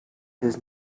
does